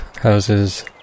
houses